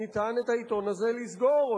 אפשר את העיתון הזה לסגור,